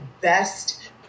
best